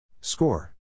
Score